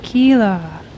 Tequila